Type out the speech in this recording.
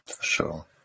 Sure